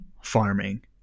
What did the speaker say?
farming